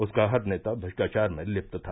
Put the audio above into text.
उसका हर नेता भ्रष्टाचार में लिप्त था